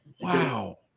wow